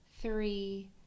three